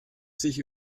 sich